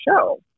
show